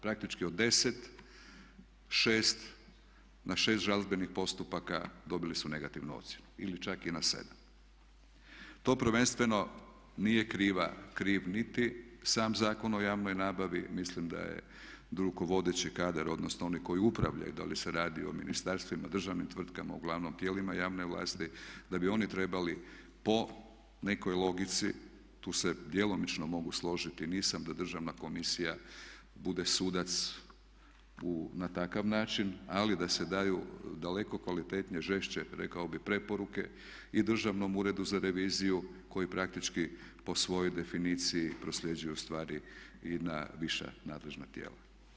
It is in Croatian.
Praktički od 10, 6, na 6 žalbenih postupaka dobili su negativnu ocjenu, ili čak i na 7. To prvenstveno nije kriv niti sam Zakon o javnoj nabavi, mislim da je rukovodeći kadar, odnosno oni koji upravljaju, da li se radi o ministarstvima, državnim tvrtkama, uglavnom tijelima javne vlasti da bi oni trebali po nekoj logici, tu se djelomično mogu složiti, nisam da državna komisija bude sudac na takav način ali da se daju daleko kvalitetnije, žešće rekao bih preporuke i Državnom uredu za reviziju koji praktički po svojoj definiciji prosljeđuju stvari i na viša nadležna tijela.